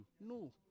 No